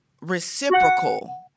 reciprocal